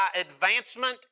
advancement